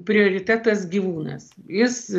prioritetas gyvūnas jis